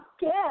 Yes